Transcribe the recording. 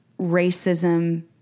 racism